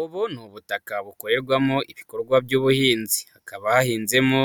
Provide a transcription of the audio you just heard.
Ubu ni ubutaka bukorerwamo ibikorwa by'ubuhinzi, hakaba hahinzemo